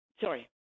Sorry